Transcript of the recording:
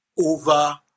over